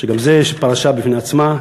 וגם זה פרשה בפני עצמה,